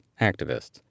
activists